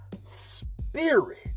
spirit